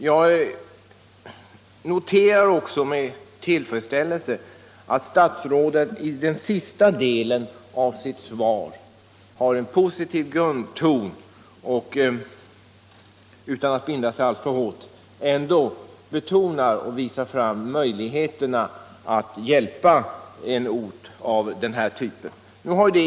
Jag noterar också med tillfredsställelse att sista delen av statsrådets svar har en positiv grundton samt att statsrådet utan att binda sig alltför hårt ändå visar på möjligheter att hjälpa en ort av den här typen.